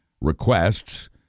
requests